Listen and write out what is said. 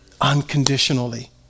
unconditionally